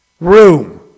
room